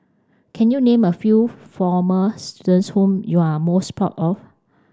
can you name a few former students whom you are most proud of